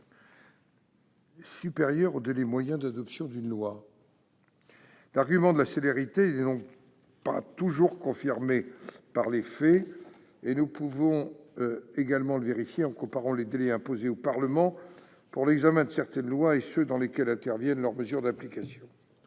supérieurs au délai moyen d'adoption d'une loi. L'argument de la célérité n'est pas toujours confirmé par les faits, et nous pouvons également le vérifier en comparant les délais imposés au Parlement pour l'examen de certaines lois et ceux dans lesquels interviennent leurs mesures d'application.